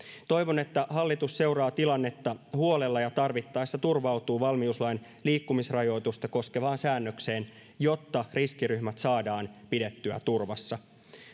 toivon että hallitus seuraa tilannetta huolella ja tarvittaessa turvautuu valmiuslain liikkumisrajoitusta koskevaan säännökseen jotta riskiryhmät saadaan pidettyä turvassa